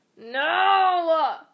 No